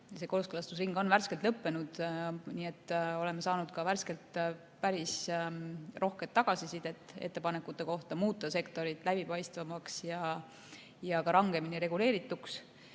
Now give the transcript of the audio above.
See kooskõlastusring on värskelt lõppenud, nii et oleme saanud värskelt päris rohkelt tagasisidet ettepanekute kohta muuta sektorit läbipaistvamaks ja ka rangemini reguleerituks.